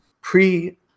pre